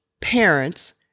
parents